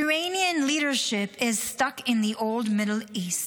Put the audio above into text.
"Iranian leadership is stuck in the old Middle East,